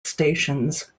stations